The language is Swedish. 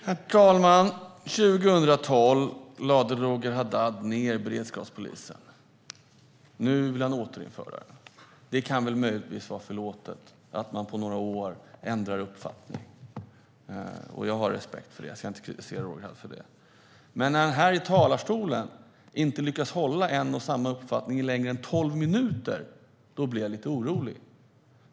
Herr talman! År 2012 lade Roger Haddad ned beredskapspolisen. Nu vill han återinföra den. Det kan väl möjligtvis vara förlåtet att man på några år ändrar uppfattning. Jag har respekt för det, och jag ska inte kritisera Roger Haddad för det. Men när Roger Haddad här i talarstolen inte lyckas hålla en och samma uppfattning i längre än 12 minuter blir jag lite orolig.